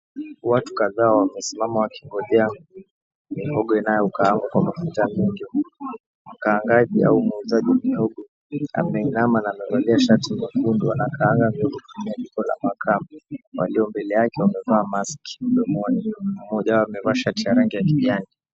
Watu kadhaa wamesimama wakingojea mihogo inayokaangwa kwa mafuta. Mkaangaji au muuzaji mihogo ameinama na amevalia shati nyekundu. Anakaanga mihogo kutumia jiko la makaa. Walio mbele yake wamevaa maski mdomoni. Mmoja yao amevaa shati ya rangi ya kijani.